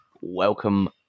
Welcome